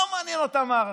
זה לא מעניין אותם, הערכים.